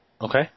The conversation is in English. Okay